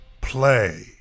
play